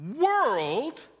world